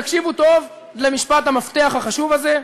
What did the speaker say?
תקשיבו טוב למשפט המפתח החשוב הזה: